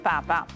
Papa